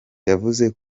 yavuze